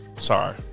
Sorry